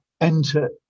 enter